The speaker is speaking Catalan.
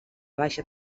baixa